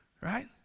right